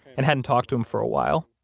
and hadn't talked to him for a while.